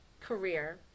career